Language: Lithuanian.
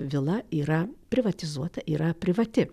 vila yra privatizuota yra privati